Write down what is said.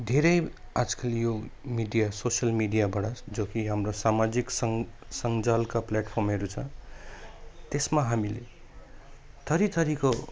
धेरै आजकल यो मिडिया सोसियल मिडियाबाट जो कि हाम्रो सामाजिक सङ्ग सञ्जालका प्ल्याटफर्महरू छ त्यसमा हामीले थरीथरीको